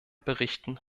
berichten